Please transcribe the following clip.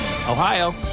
Ohio